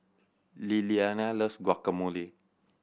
Lilliana loves Guacamole